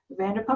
Vanderpump